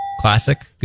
classic